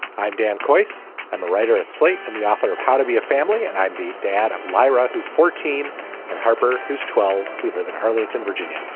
i'm dan course i'm a writer at slate and the author of how to be a family. and i'd be dad of myra, who's fourteen, and harper, who's twelve people in her late in virginia.